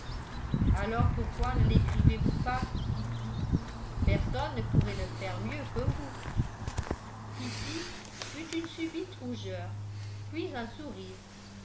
alors pourquoi ne lécrivez vous pas kitty personne ne pourrait le faire mieux que vous kitty eut une subite rougeur puis un sourire